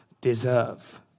deserve